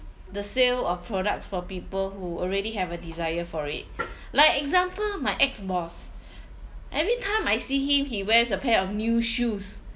the sale of products for people who already have a desire for it like example my ex-boss every time I see him he wears a pair of new shoes